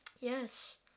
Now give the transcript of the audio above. yes